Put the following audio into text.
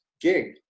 gig